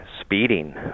speeding